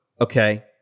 Okay